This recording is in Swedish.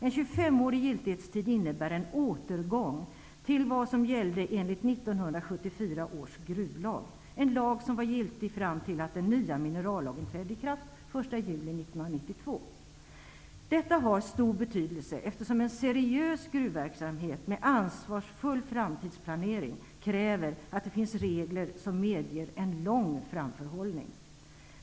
En tjugofemårig giltighetstid innebär en återgång till vad som gällde enligt 1974 Detta har stor betydelse, eftersom en seriös gruvverksamhet med ansvarsfull framtidsplanering kräver att det finns regler som medger en lång framförhållning.